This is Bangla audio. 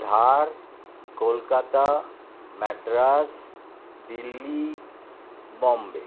ধার কলকাতা ম্যাড্রাস দিল্লি বম্বে